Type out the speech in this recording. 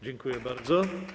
Dziękuję bardzo.